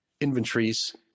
inventories